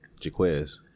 Jaquez